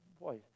boy